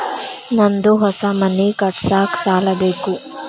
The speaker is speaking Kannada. ನಂದು ಹೊಸ ಮನಿ ಕಟ್ಸಾಕ್ ಸಾಲ ಬೇಕು